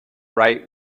right